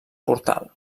portal